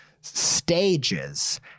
stages